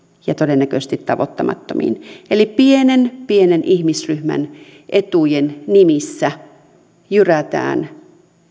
ja todennäköisesti tavoittamattomiin eli pienen pienen ihmisryhmän etujen nimissä jyrätään